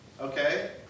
okay